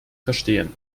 verstehen